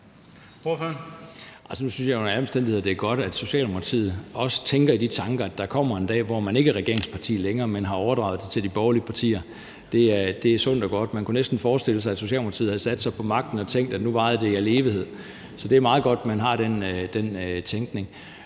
Nu synes jeg jo under alle omstændigheder, at det er godt, at Socialdemokratiet også tænker i de baner, at der kommer en dag, hvor man ikke længere er regeringsparti, men har overdraget det til de borgerlige partier. Det er sundt og godt. Man kunne næsten forestille sig, at Socialdemokratiet havde sat sig på magten og tænkt, at nu varede det i al evighed. Så det er meget godt, at man har den tænkning.